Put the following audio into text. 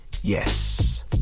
yes